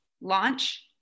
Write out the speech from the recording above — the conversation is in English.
launch